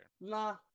nah